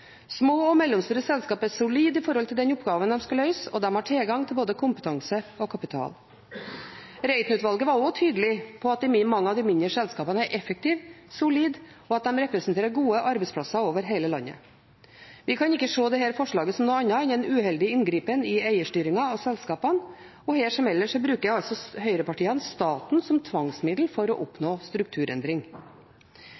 Små og mellomstore selskap er solide i forhold til den oppgaven de skal løse, og de har tilgang til både kompetanse og kapital. Reiten-utvalget var også tydelig på at mange av de mindre selskapene er effektive og solide, og at de representerer gode arbeidsplasser over hele landet. Vi kan ikke se dette forslaget som noe annet enn en uheldig inngripen i eierstyringen av selskapene, og her som ellers bruker høyrepartiene staten som tvangsmiddel for å